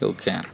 Okay